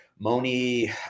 Moni